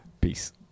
Peace